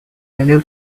new